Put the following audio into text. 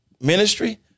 ministry